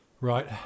Right